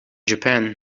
japan